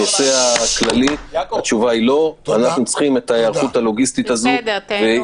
זה לא מוציא את הדברים הנוספים.